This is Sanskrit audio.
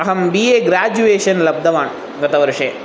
अहं बि ए ग्राजुयेशन् लब्धवान् गतवर्षे